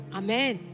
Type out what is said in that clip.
amen